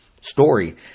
story